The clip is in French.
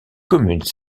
commune